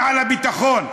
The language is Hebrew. לסכם, אדוני.